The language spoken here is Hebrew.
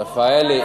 רפאלי.